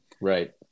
Right